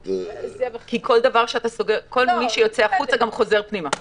כי כל מי שיוצא החוצה גם חוזר פנימה.